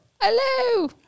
Hello